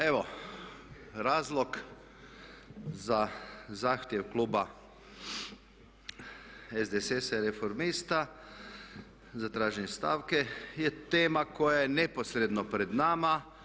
Evo razlog za zahtjev kluba SDSS-a i Reformista za traženje stanke je tema koja je neposredno pred nama.